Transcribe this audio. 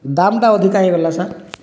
ଦାମ୍ଟା ଅଧିକ ହୋଇଗଲା ସାର୍